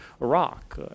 Iraq